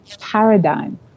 paradigm